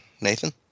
Nathan